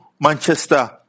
manchester